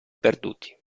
perduti